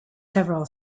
several